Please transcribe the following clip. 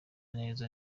neza